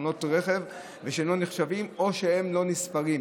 תאונות רכב שלא נחשבות או שלא נספרות,